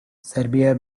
serbia